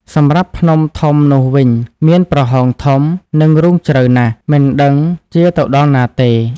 សម្រាប់ភ្នំធំនោះវិញមានប្រហោងធំ និងរូងជ្រៅណាស់ មិនដឹងជាទៅដល់ណាទេ។